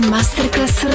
Masterclass